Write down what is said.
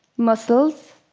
muscles,